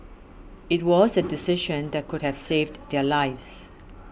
it was a decision that could have saved their lives